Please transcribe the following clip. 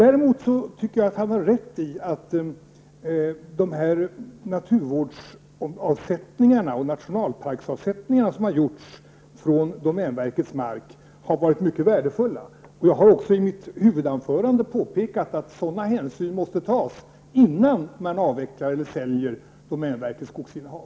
Däremot tycker jag att han har rätt i att de naturvårds och nationalparksavsättningar som har gjorts från domänverkets mark har varit mycket värdefulla. Jag har i mitt huvudanförande påpekat att sådana hänsyn måste tas innan man avvecklar eller säljer ut av domänverkets skogsinnehav.